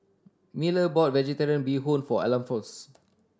Miller bought Vegetarian Bee Hoon for Alphons